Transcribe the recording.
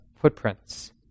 footprints